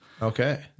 Okay